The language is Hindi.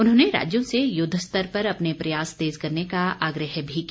उन्होंने राज्यों से युद्धस्तर पर अपने प्रयास तेज करने का आग्रह भी किया